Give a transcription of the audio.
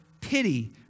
pity